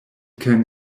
can